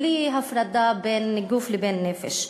בלי הפרדה בין גוף לבין נפש.